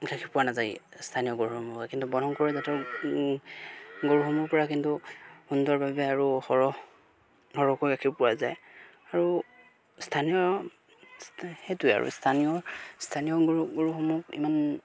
গাখীৰ পোৱা নাযায়েই স্থানীয় গৰুসমূহে কিন্তু বৰ্ণশংকৰ জাতৰ গৰুসমূহৰপৰা কিন্তু সুন্দৰভাৱে আৰু সৰহ সৰহকৈ গাখীৰ পোৱা যায় আৰু স্থানীয় সেইটোৱে আৰু স্থানীয় স্থানীয় গৰু গৰুসমূহ ইমান